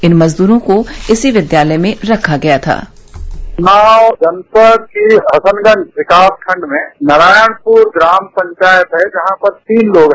इन मजदूरों को इसी विद्यालय में रखा गया था उन्नाव जनपद की हसनगंजविकासखंड में नारायणपुर ग्राम पंचायत है जहांपर तीन तोग है